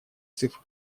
цифр